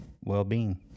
well-being